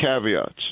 caveats